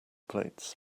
plates